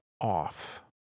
off